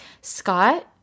Scott